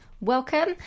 welcome